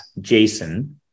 Jason